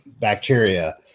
bacteria